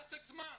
תן פסק זמן.